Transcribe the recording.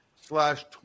slash